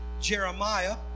Jeremiah